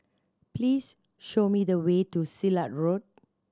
please show me the way to Silat Road